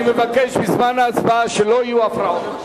אני מבקש, בזמן ההצבעה, שלא יהיו הפרעות.